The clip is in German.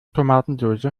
tomatensoße